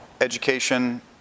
education